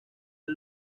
del